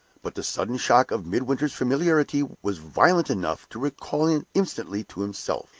but the sudden shock of midwinter's familiarity was violent enough to recall him instantly to himself,